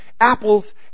apples